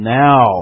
now